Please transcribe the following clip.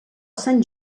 sant